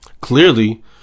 Clearly